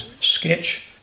sketch